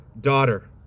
daughter